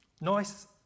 Nice